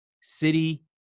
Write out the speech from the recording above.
City